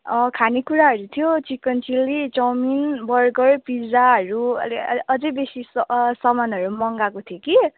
अँ खानेकुराहरू थियो चिकन चिल्ली चौमिन बर्गर पिज्जाहरू अझै बेसी स सामानहरू मगाएको थिएँ कि